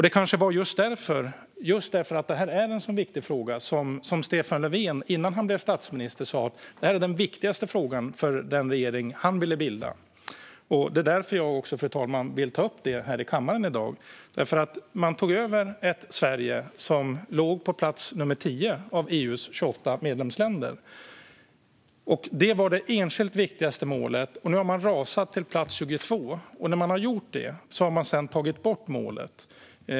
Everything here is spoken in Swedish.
Det kanske är just för att detta är en så viktig fråga som Stefan Löfven innan han blev statsminister sa att det var den viktigaste frågan för den regering han ville bilda. Det är också därför jag vill ta upp det här i kammaren i dag, fru talman. Man tog nämligen över ett Sverige som låg på plats 10 bland EU:s 28 medlemsländer, och detta var det enskilt viktigaste målet. Nu har man rasat till plats 22, och efter att man gjorde det har man tagit bort målet.